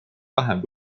vähem